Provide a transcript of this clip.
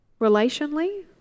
Relationally